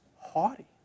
haughty